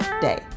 day